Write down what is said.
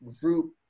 group